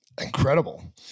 Incredible